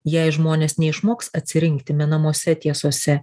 jei žmonės neišmoks atsirinkti menamose tiesose